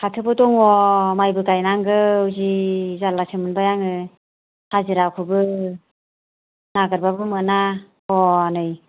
फाथोबो दङ माइबो गायनांगौ जि जारलासो मोनबाय आङो हाजिराखौबो नागेरबाबो मोना ह'नै